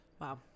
wow